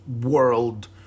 world